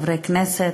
חברי הכנסת,